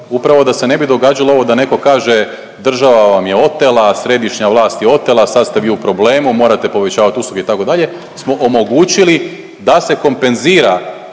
upravo da se ne bi događalo ovo da neko kaže država vam je otela, središnja vlast je otela sad ste vi u problemu morate povećavat usluge itd. smo omogućili da se kompenzira